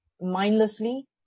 mindlessly